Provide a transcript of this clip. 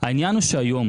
העניין הוא שהיום,